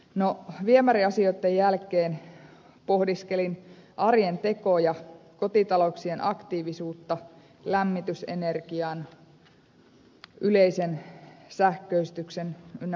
no viemäriasioitten jälkeen pohdiskelin arjen tekoja kotitalouksien aktiivisuutta lämmitysenergian yleisen sähköistyksen ynnä muuta